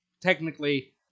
technically